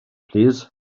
plîs